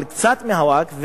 על קצת מהווקף,